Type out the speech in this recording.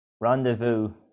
rendezvous